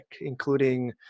including